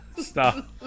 stop